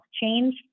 Change